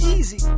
Easy